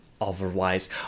otherwise